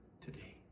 today